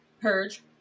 Purge